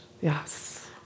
Yes